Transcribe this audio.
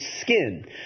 skin